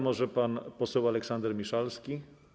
Może pan poseł Aleksander Miszalski?